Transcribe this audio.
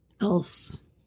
else